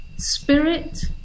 Spirit